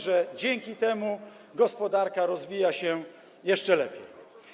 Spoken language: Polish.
że dzięki temu gospodarka rozwija się jeszcze lepiej.